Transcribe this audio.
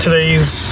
Today's